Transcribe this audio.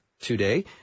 today